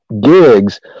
gigs